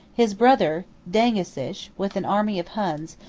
his brother, dengisich, with an army of huns,